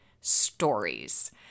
stories